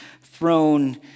throne